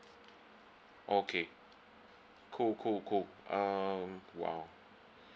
okay cool cool cool uh !wow!